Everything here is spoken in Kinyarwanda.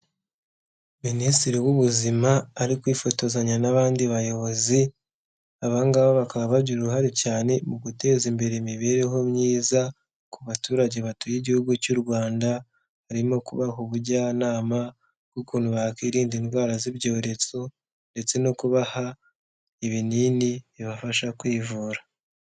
Minisitiri w'ubuzima ari kwifotozanya n'abandi bayobozi, abanga bakaba bagira uruhare cyane mu guteza imbere imibereho myiza ku baturage batuye igihugu cy'u Rwanda, harimo kubaha ubujyanama bw'ukuntu bakwirinda indwara z'ibyorezo ndetse no kubaha ibinini bibafasha kwivura.